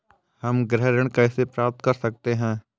हम गृह ऋण कैसे प्राप्त कर सकते हैं?